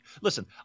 Listen